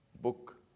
book